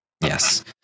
Yes